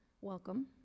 welcome